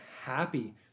happy